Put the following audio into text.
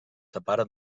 separa